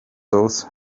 those